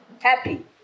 Happy